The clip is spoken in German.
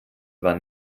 war